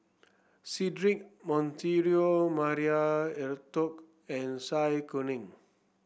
Cedric Monteiro Maria Hertogh and Zai Kuning